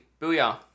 Booyah